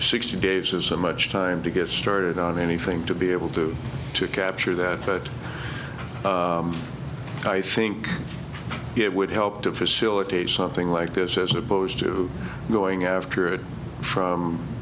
sixty days or so much time to get started on anything to be able to capture that but i think it would help to facilitate something like this as opposed to going after it from